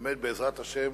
באמת בעזרת השם,